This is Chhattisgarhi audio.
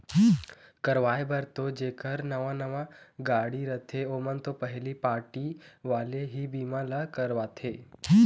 करवाय बर तो जेखर नवा नवा गाड़ी रथे ओमन तो पहिली पारटी वाले ही बीमा ल करवाथे